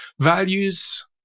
values